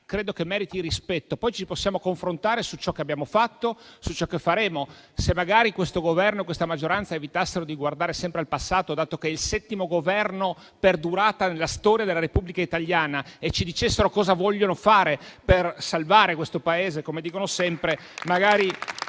merita rispetto. Poi ci possiamo confrontare su ciò che abbiamo fatto e su ciò che faremo. Magari, se questo Governo e questa maggioranza evitassero di guardare sempre al passato, dato che è il settimo Governo per durata nella storia della Repubblica italiana, e ci dicessero cosa vogliono fare per salvare questo Paese - come dicono sempre - magari